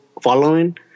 following